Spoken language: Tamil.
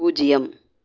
பூஜ்ஜியம்